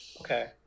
Okay